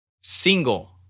Single